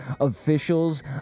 officials